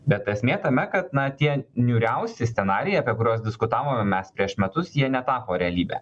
bet esmė tame kad na tie niūriausi scenarijai apie kuriuos diskutavome mes prieš metus jie netapo realybe